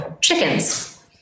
chickens